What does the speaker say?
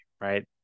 right